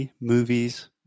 movies